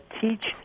teach